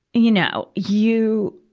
you know, you,